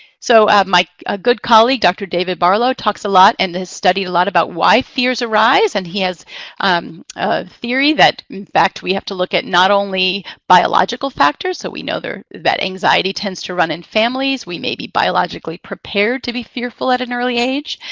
so my like ah good colleague, dr. david barlow, talks a lot and has studied a lot about why fears arise. and he has a theory that in fact we have to look at not only biological factors so we know that anxiety tends to run in families. we may be biologically prepared to be fearful at an early age.